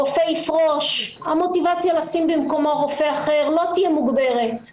רופא יפרוש המוטיבציה לשים במקומו רופא אחר לא תהיה מוגברת.